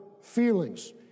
feelings